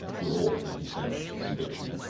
you're awful, he said, with conviction.